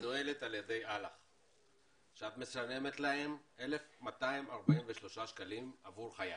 שמנוהלת על-ידי אל"ח שאת משלמת להם 1,243 שקלים עבור חייל,